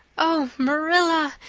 oh, marilla,